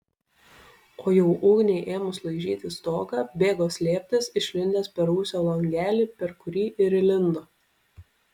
o jau ugniai ėmus laižyti stogą bėgo slėptis išlindęs per rūsio langelį per kurį ir įlindo